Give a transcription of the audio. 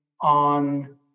on